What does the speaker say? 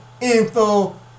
info